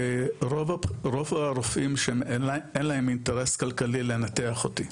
ורוב הרופאים שם אין להם אינטרס כלכלי לנתח אותי,